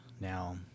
Now